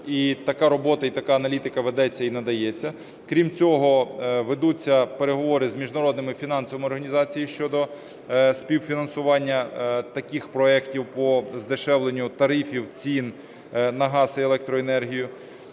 і така робота, і така аналітика ведеться і надається. Крім цього, ведуться переговори з міжнародними фінансовими організаціями щодо співфінансування таких проектів по здешевленню тарифів, цін на газ і електроенергію.